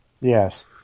Yes